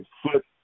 foot